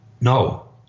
no